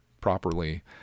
properly